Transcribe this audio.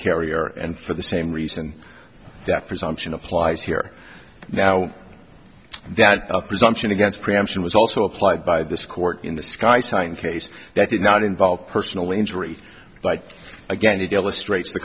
carrier and for the same reason that presumption applies here now that a presumption against preemption was also applied by this court in the sky citing case that did not involve personal injury but again to deal with straights t